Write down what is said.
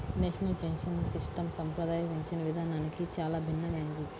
national pension system సంప్రదాయ పింఛను విధానానికి చాలా భిన్నమైనది